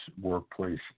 workplace